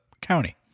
County